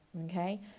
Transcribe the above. okay